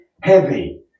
heavy